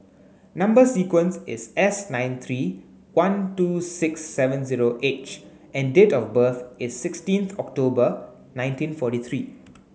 number sequence is S nine three one two six seven zero H and date of birth is sixteenth October nineteen forty three